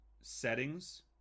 settings